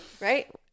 right